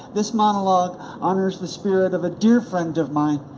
this monologue honors the spirit of a dear friend of mine.